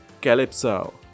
calypso